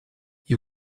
you